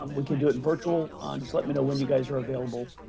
um we can do it virtual on. just let me know when you guys are available.